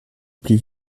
plus